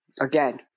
Again